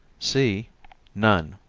c none.